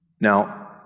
Now